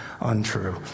untrue